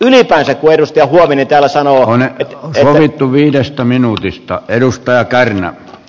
ylipäänsä kun edustaja huovinen täällä sanoo että